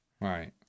Right